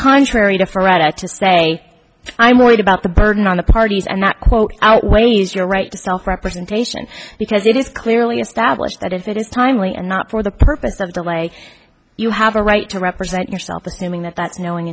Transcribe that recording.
contrary to firat to say i'm worried about the burden on the parties and that quote outweighs your right to self representation because it is clearly established that if it is timely and not for the purpose of the way you have a right to represent yourself assuming that that knowing